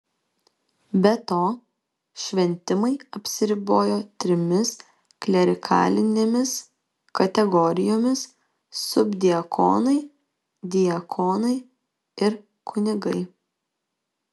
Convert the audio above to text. be to šventimai apsiribojo trimis klerikalinėmis kategorijomis subdiakonai diakonai ir kunigai